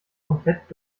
komplett